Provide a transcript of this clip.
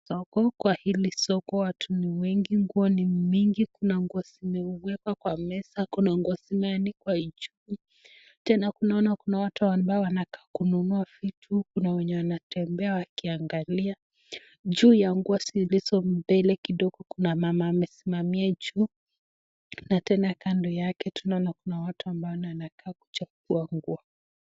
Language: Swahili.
Soko, kwa hili soko watu ni wengi, nguo ni mingi. Kuna nguo zimewekwa kwa meza, kuna nguo zimeanikwa juu. Tena tunaona kuna watu ambao wanakaa kununua vitu, kuna wenye wanatembea wakiangalia. Juu ya nguo zilizo mbele kidogo kuna mama amesimamia juu na tena kando yake tunaona kuna watu ambao wanakaa kuchagua nguo.